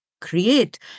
create